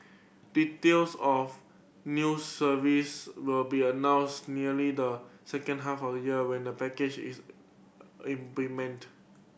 details of new service will be announced nearly the second half of year when the package is implemented